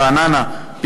בחברון,